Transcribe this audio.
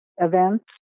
events